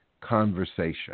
conversation